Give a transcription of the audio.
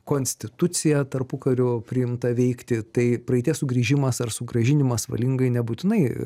konstituciją tarpukariu priimta veikti tai praeities sugrįžimas ar sugrąžinimas valingai nebūtinai